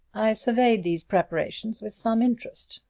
i surveyed these preparations with some interest.